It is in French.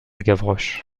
gavroche